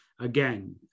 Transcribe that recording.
again